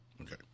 Okay